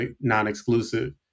non-exclusive